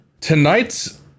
tonight's